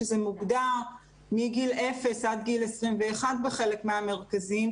שזה מוגדר מגיל אפס עד גיל 21 בחלק מהמרכזים,